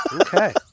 Okay